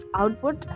output